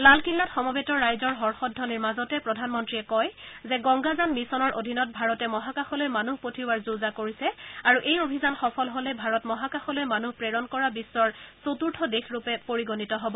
লালকিল্লাত সমৱেত ৰাইজৰ হৰ্যেধবনিৰ মাজতে প্ৰধানমন্ত্ৰীয়ে কয় যে গংগাযান মিছনৰ অধীনত ভাৰতে মহাকাশলৈ মানুহ পঠিওৱাৰ যো জা কৰিছে আৰু এই অভিযান সফল হলে ভাৰত মহাকাশলৈ মানুহ প্ৰেৰণ কৰা বিধৰ চতুৰ্থ দেশৰূপে পৰিগণিত হ'ব